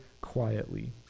quietly